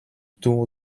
tour